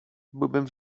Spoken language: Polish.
byłbym